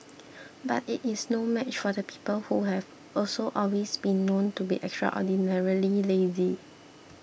but it is no match for the people who have also always been known to be extraordinarily lazy